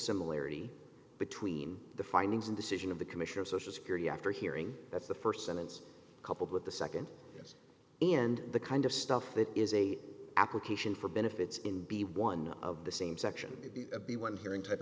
similarity between the findings and decision of the commissioner of social security after hearing that's the first sentence coupled with the second and the kind of stuff that is a application for benefits in be one of the same section of the one hearing type